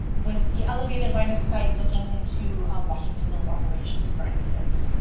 with the elevated line of sight, looking into washington mills operations, for instance.